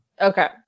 Okay